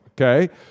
okay